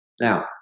Now